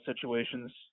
situations